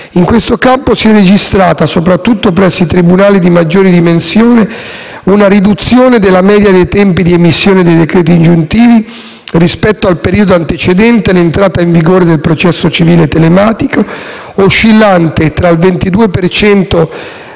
In questo campo si è registrata - soprattutto presso i tribunali di maggiori dimensioni - una riduzione della media dei tempi di emissione dei decreti ingiuntivi, rispetto al periodo antecedente l'entrata in vigore del processo civile telematico, oscillante tra il 22